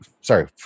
sorry